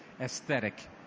aesthetic